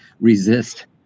resist